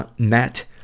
ah met.